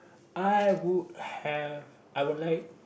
I would have I would like